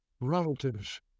relatives